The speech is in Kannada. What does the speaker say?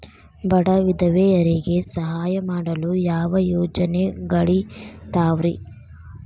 ಬಡ ವಿಧವೆಯರಿಗೆ ಸಹಾಯ ಮಾಡಲು ಯಾವ ಯೋಜನೆಗಳಿದಾವ್ರಿ?